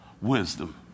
wisdom